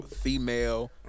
female